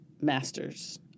masters